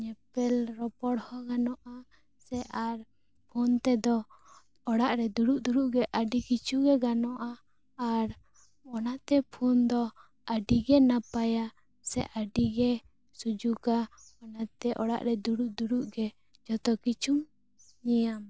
ᱧᱮᱯᱮᱞ ᱨᱚᱯᱚᱲ ᱦᱚᱸ ᱜᱟᱱᱚᱜᱼᱟ ᱥᱮ ᱟᱨ ᱯᱷᱳᱱ ᱛᱮᱫᱚ ᱚᱲᱟᱜ ᱨᱮ ᱫᱩᱲᱩᱵ ᱫᱩᱲᱩᱵ ᱜᱮ ᱟᱹᱰᱤ ᱠᱤᱠᱷᱩ ᱜᱮ ᱜᱟᱱᱚᱜᱼᱟ ᱟᱨ ᱚᱱᱟᱛᱮ ᱯᱷᱳᱱ ᱫᱚ ᱟᱹᱰᱤ ᱜᱮ ᱱᱟᱯᱟᱭᱟ ᱥᱮ ᱟᱹᱰᱤ ᱜᱮ ᱥᱩᱡᱩᱠᱟ ᱚᱱᱟᱛᱮ ᱚᱲᱟᱜ ᱨᱮ ᱫᱩᱲᱩᱵ ᱫᱩᱲᱩᱵ ᱜᱮ ᱡᱚᱛᱚ ᱠᱤᱪᱷᱩ ᱧᱮᱞᱟᱢ